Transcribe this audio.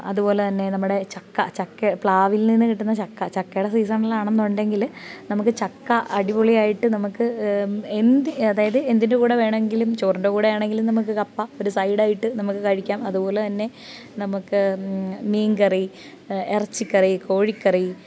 അതുപോലെ തന്നെ നമ്മുടെ ചക്ക ചക്ക പ്ലാവിൽ നിന്ന് കിട്ടുന്ന ചക്ക ചക്കയുടെ സീസൺലാണെന്നുണ്ടെങ്കിൽ നമുക്ക് ചക്ക അടിപൊളിയായിട്ട് നമുക്ക് എന്ത് അതായത് എന്തിൻ്റെ കൂടെ വേണമെങ്കിലും ചോറിൻ്റെ കൂടെയാണെങ്കിലും നമുക്ക് കപ്പ ഒരു സൈഡായിട്ട് നമുക്ക് കഴിക്കാം അതുപോലെ തന്നെ നമുക്ക് മീൻ കറി ഇറച്ചി കറി കോഴി കറി